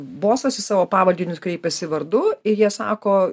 bosas į savo pavaldinius kreipėsi vardu ir jie sako